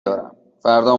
دارم، فردا